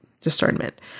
discernment